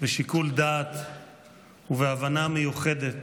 בשיקול דעת ובהבנה מיוחדת